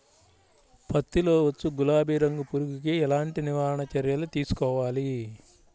పత్తిలో వచ్చు గులాబీ రంగు పురుగుకి ఎలాంటి నివారణ చర్యలు తీసుకోవాలి?